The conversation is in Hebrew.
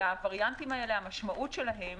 והווריאנטים האלה המשמעות שלהם